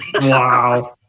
Wow